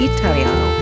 Italiano